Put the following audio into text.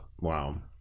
Wow